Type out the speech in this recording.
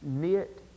knit